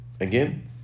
Again